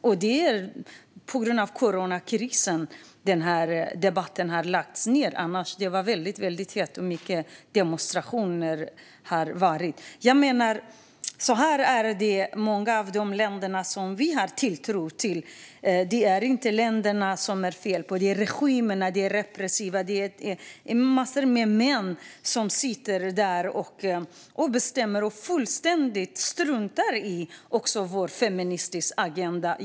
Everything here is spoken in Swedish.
Det är på grund av coronakrisen som den här debatten har lagts ned. Den har tidigare varit väldigt het, och det har varit många demonstrationer. Så här är det i många av de länder som vi har tilltro till. Det är inte länderna som det är fel på, utan det är de repressiva regimerna. Det är massor av män som sitter där och bestämmer och fullständigt struntar i vår feministiska agenda.